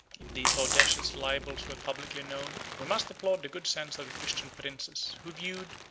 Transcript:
if these audacious libels were publicly known, we must applaud the good sense of the christian princes, who viewed,